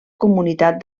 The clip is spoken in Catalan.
comunitat